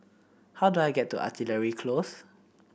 how do I get to Artillery Close